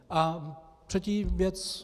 A třetí věc.